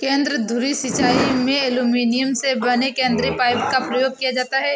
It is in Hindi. केंद्र धुरी सिंचाई में एल्युमीनियम से बने केंद्रीय पाइप का प्रयोग किया जाता है